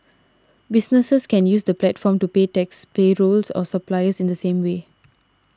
businesses can use the platform to pay taxes payrolls or suppliers in the same way